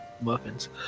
muffins